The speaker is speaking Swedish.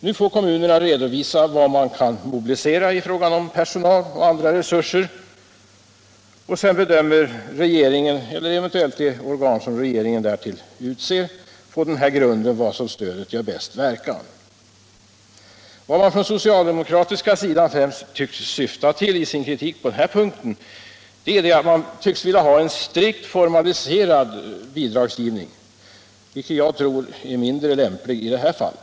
Nu får kommunerna redovisa vad man kan mobilisera i fråga om personal och andra resurser, och sedan bedömer regeringen eller det organ som regeringen därtill utser på denna grund var stödet gör bäst verkan. Vad socialdemokraterna främst tycks vilja åstadkomma med sin kritik på denna punkt är en strikt formaliserad bidragsgivning, vilket jag tror är mindre lämpligt i detta fall.